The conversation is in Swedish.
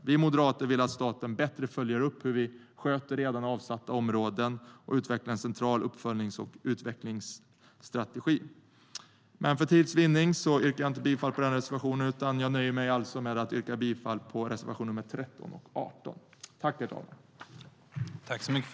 Vi moderater vill att staten bättre följer upp hur vi sköter redan avsatta områden och utvecklar en central uppföljnings och utvecklingsstrategi.